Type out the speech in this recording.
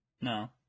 No